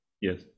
Yes